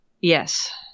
Yes